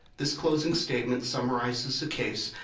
this closing statement summarizes the case,